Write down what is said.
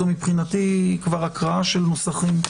מבחינתי, זאת כבר הקראה של נוסחים.